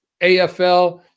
AFL